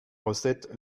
recettes